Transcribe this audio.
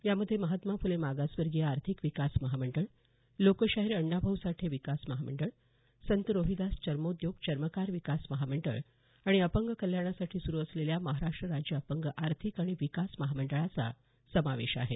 यामध्ये महात्मा फुले मागासवर्गीय आर्थिक विकास महामंडळ लोकशाहीर अण्णा भाऊ साठे विकास महामंडळ संत रोहिदास चर्मोद्योग चर्मकार विकास महामंडळ आणि अपंग कल्याणासाठी सुरु असलेल्या महाराष्ट राज्य अपंग आर्थिक आणि विकास महामंडळाचा समावेश आहे